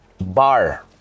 bar